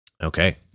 Okay